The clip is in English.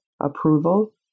approval